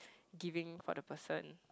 giving for the person